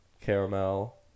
caramel